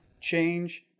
change